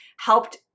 helped